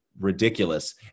ridiculous